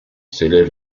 s’élève